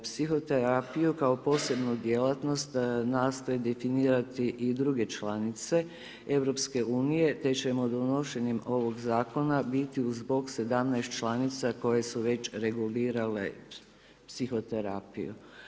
Psihoterapiju, kao posebnu djelatnost, nastoje definirati i druge članice EU, te ćemo donošenjem ovog zakona, biti uz bok 17 članica, koje su već regulirale psihoterapiju.